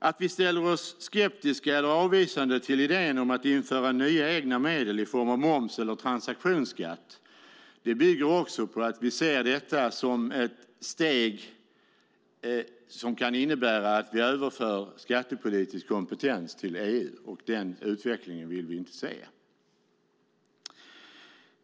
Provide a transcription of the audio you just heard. Att vi ställer oss skeptiska eller avvisande till idén om att införa nya egna medel i form av moms eller en transaktionsskatt bygger också på att vi ser detta som ett steg som kan innebära att vi överför skattepolitisk kompetens till EU, och den utvecklingen vill vi inte se.